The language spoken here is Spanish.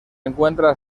encuentra